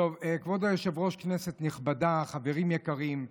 כבוד היושב-ראש, כנסת נכבדה, חברים יקרים,